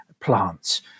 plants